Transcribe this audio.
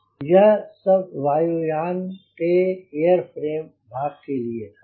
t यह सब वायुयान के एयरफ्रेम भाग के लिए था